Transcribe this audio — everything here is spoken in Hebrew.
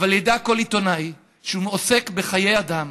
אבל ידע כל עיתונאי שהוא עוסק בחיי אדם,